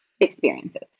experiences